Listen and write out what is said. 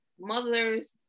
mothers